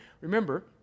Remember